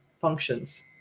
functions